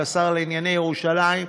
כשר לענייני ירושלים,